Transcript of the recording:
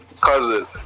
Cousin